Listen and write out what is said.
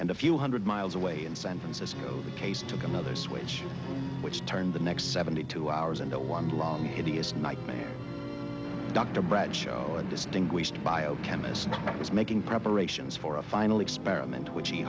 a few hundred miles away in san francisco the case took another switch which turned the next seventy two hours into one hideous nightmare dr brett showed distinguished biochemist was making preparations for a final experiment which he